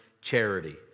charity